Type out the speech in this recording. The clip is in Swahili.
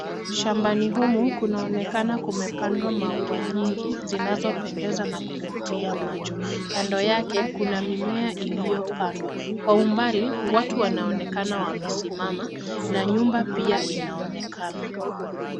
Shambani humu kunaonekana kumepandwa maua nyingi zinazopendeza na kuvutia macho. Kando yake kuna mimea iliyopandwa. Kwa umbali watu wanaonekana wamesimama na nyumba pia inaonekana.